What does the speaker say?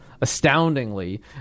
astoundingly